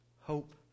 hope